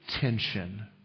tension